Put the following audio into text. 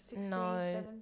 no